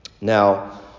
Now